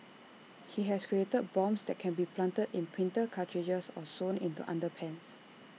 he has created bombs that can be planted in printer cartridges or sewn into underpants